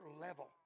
level